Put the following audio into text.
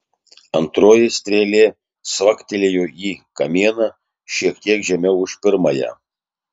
antroji strėlė cvaktelėjo į kamieną šiek tiek žemiau už pirmąją